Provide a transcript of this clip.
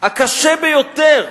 הקשה ביותר,